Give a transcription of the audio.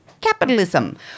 Capitalism